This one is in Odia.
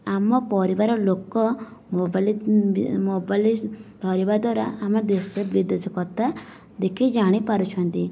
ଆମ ପରିବାର ଲୋକ ମୋବାଇଲ ମୋବାଇଲ ଧରିବା ଦ୍ୱାରା ଆମେ ଦେଶ ବିଦେଶ କଥା ଦେଖି ଜାଣିପାରୁଛନ୍ତି